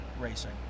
racing